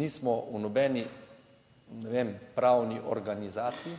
nismo v nobeni, ne vem, pravni organizaciji,